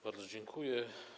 Bardzo dziękuję.